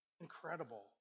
Incredible